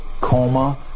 coma